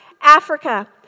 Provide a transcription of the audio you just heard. Africa